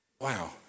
wow